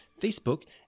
Facebook